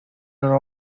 were